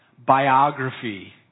Biography